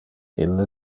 ille